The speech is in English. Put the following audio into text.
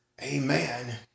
Amen